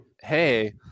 Hey